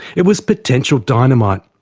it was potential dynamite,